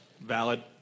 Valid